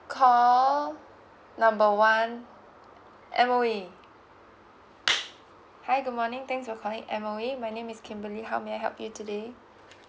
call number one M_O_E hi good morning thanks for calling M_O_E my name is kimberly how may I help you today